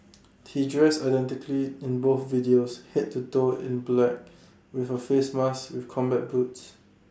he dressed identically in both videos Head to toe in black with A face mask and combat boots